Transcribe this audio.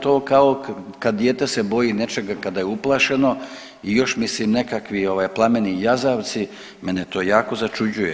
To kao kad dijete se boji nečega, kada je uplašeno i još mi se nekakvi plameni jazavci, mene to jako začuđuje.